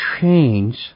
change